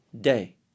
day